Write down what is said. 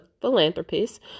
philanthropist